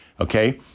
okay